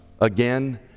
again